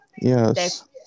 Yes